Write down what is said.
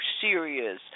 serious